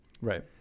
Right